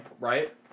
right